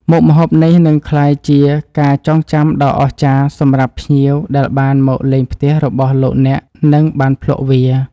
មុខម្ហូបនេះនឹងក្លាយជាការចងចាំដ៏អស្ចារ្យសម្រាប់ភ្ញៀវដែលបានមកលេងផ្ទះរបស់លោកអ្នកនិងបានភ្លក់វា។